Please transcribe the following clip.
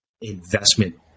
investment